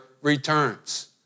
returns